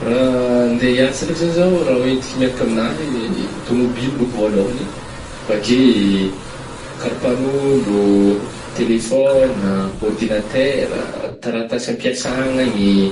Raha andeha hiasa ndraiky zah zao, raha hoentiko miaraka aminahy tômôbily bako voalôhagny avy ake karampagnondro, telefôgna, ôrdignatera, taratasy ampiasagna any ih.